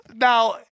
Now